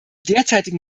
derzeitigen